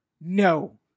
No